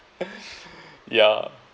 ya